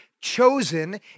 chosen